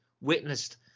witnessed